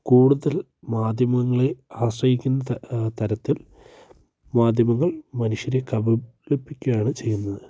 കൂടുതൽ മാധ്യമങ്ങളെ ആശ്രയിക്കുന്ന തരത്തിൽ മാധ്യമങ്ങൾ മനുഷ്യരെ കബളിപ്പിക്കുകയാണ് ചെയ്യുന്നത്